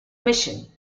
mission